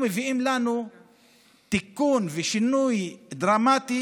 מביאים לנו תיקון ושינוי דרמטיים